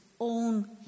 own